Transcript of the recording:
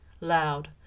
Loud